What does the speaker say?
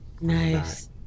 nice